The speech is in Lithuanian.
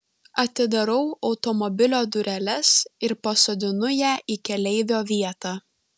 atidarau automobilio dureles ir pasodinu ją į keleivio vietą